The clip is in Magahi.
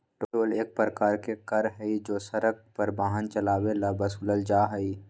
टोल एक प्रकार के कर हई जो हम सड़क पर वाहन चलावे ला वसूलल जाहई